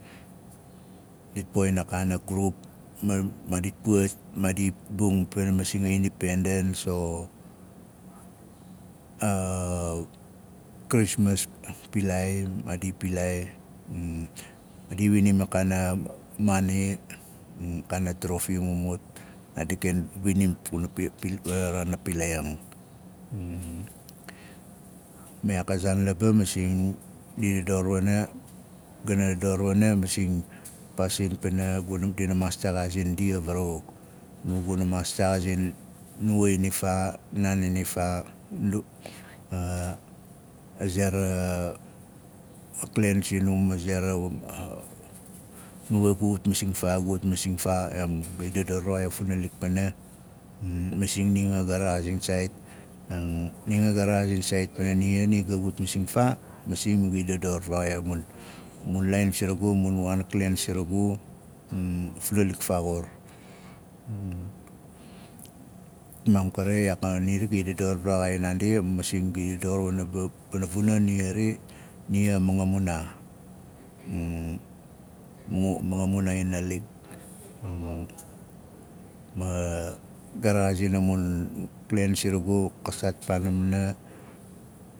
Dit poxin a kaana grup ma maadim puwat maam maadi bung pana masing a mdipendans a- a- a- a krismas pilaai ang maadi i pilaai ang maadi winim a kaana maani a kaana frofi mimut. Maadi ken winim pana raan a pilaai ma iyaak a zaan laba masing ndi dador gana maaa texaazing ndia rarawuk. Nuwa funa maas texaazing nuwa inifaa naan inifaa a ze ra klen sinum a aze ra nuwa gu. wat masing faa gui wat masing faa em ga idador varaxai wana funalik pana ni anga ga ut masing faa masing ma gai dador faraxai a mun laain siragu a mun waan klen siragu funalik faaxur. Maam kari iyaak a- nia xari gai dador varaxaian naandi masing gai dador pana vuna nia xari a moxo munaa moxomunaa i nalik ma ga rexaazin a mun klen siragu xa staat paanamana